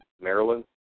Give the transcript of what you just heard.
Maryland